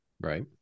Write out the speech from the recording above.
right